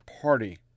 Party